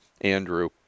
Andrew